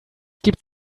gibt